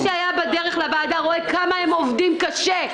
מי שהיה בדרך לוועדה רואה כמה הם עובדים קשה.